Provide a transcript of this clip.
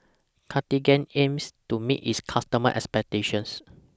Cartigain aims to meet its customers' expectations